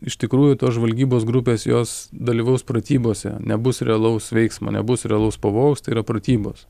iš tikrųjų tos žvalgybos grupės jos dalyvaus pratybose nebus realaus veiksmo nebus realaus pavojaus tai yra pratybos